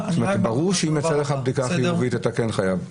ברור שאם יוצאת לך בדיקה חיובית אתה כן חייב.